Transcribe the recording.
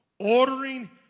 Ordering